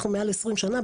אנחנו מעל 20 שנה,